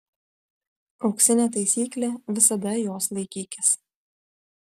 auksinė taisyklė visada jos laikykis